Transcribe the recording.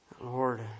Lord